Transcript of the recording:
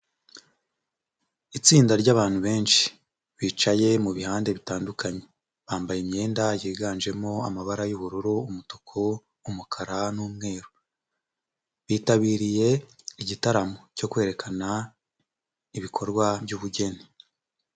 Itsinda ry'abantu benshi bicaye mu bihande bitandukanye, bambaye imyenda yiganjemo amabara y'ubururu, umutuku, umukara n'umweru, bitabiriye igitaramo cyo kwerekana ibikorwa by'ubugeni.